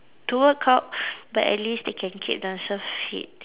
to work out but at least they can keep themselves fit